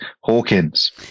Hawkins